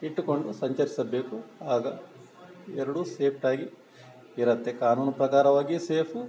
ಇಟ್ಟುಕೊಂಡು ಸಂಚರಿಸಬೇಕು ಆಗ ಎರಡೂ ಸೇಫ್ಟ್ ಆಗಿ ಇರುತ್ತೆ ಕಾನೂನು ಪ್ರಕಾರವಾಗಿ ಸೇಫು